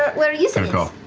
where yussa